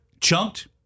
chunked